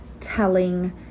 telling